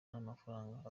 n’amafaranga